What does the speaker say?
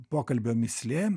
pokalbio mįslė